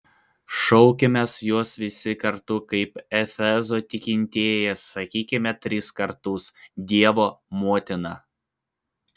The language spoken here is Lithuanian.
šaukimės jos visi kartu kaip efezo tikintieji sakykime tris kartus dievo motina